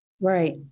Right